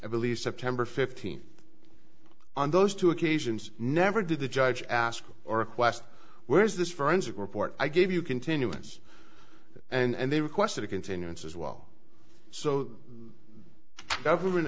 i believe september fifteenth on those two occasions never did the judge ask or request whereas this forensic report i gave you continuance and they requested a continuance as well so the government